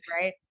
Right